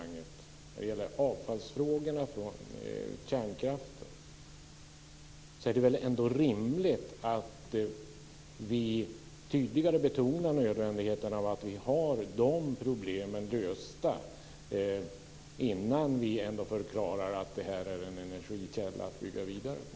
När det gäller frågan om kärnkraftsavfallet är det väl ändå rimligt att vi tydligare betonar nödvändigheten av att vi har dessa problem lösta innan vi förklarar att det här är en energikälla att bygga vidare på.